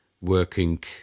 working